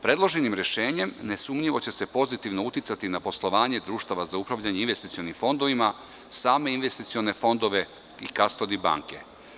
Predloženim rešenjem nesumnjivo će se pozitivno uticati na poslovanje društava za upravljanje investicionim fondovima, same investicione fondove i kastodi banke.